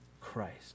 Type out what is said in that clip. Christ